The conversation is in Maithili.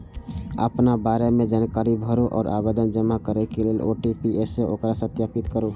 अपना बारे मे जानकारी भरू आ आवेदन जमा करै लेल ओ.टी.पी सं ओकरा सत्यापित करू